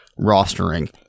rostering